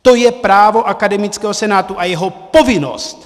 To je právo akademického senátu a jeho povinnost.